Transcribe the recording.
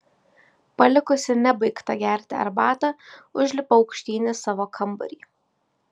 palikusi nebaigtą gerti arbatą užlipau aukštyn į savo kambarį